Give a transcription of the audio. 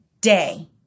day